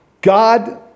God